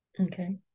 Okay